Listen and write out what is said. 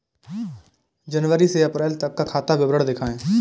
जनवरी से अप्रैल तक का खाता विवरण दिखाए?